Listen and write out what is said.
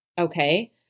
Okay